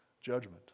judgment